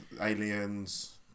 aliens